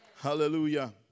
Hallelujah